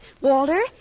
Walter